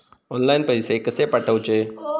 Online पैसे कशे पाठवचे?